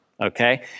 Okay